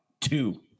two